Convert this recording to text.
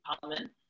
Parliament